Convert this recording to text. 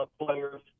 players